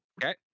Okay